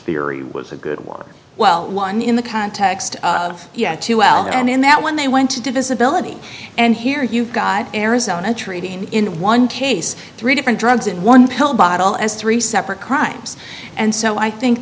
theory was a good work well one in the context of yeah two out and in that when they went to divisibility and here you've got arizona treating in one case three different drugs in one pill bottle as three separate crimes and so i think